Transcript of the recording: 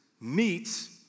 meets